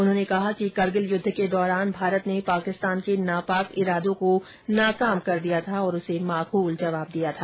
उन्होंने कहा कि करगिल युद्ध के दौरान भारत ने पाकिस्तान के नापाक इरादों को नाकाम कर दिया था और उसे माकूल जवाब दिया था